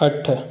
अठ